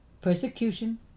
persecution